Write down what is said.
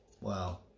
Wow